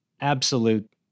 absolute